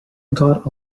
got